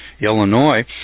Illinois